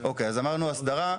אז דיברנו על אסדרה.